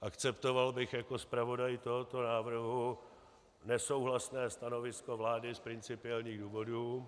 Akceptoval bych jako zpravodaj tohoto návrhu nesouhlasné stanovisko vlády z principiálních důvodů.